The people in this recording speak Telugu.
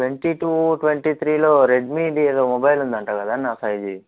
ట్వంటీ టూ ట్వంటీ త్రిలో రెడ్మీది ఏదో మొబైల్ ఉందట కదన్నా ఫైవ్ జీ